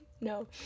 No